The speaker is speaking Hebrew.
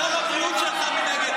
והם היו מרוויחים 30%,